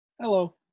Hello